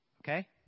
okay